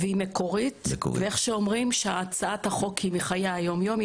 היא מקורית והיא הצעת חוק מחיי היום-יום,